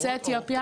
אתיופיה?